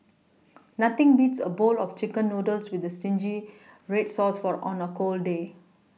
nothing beats a bowl of chicken noodles with zingy red sauce for on a cold day